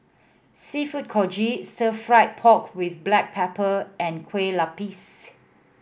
Seafood Congee Stir Fry pork with black pepper and Kueh Lupis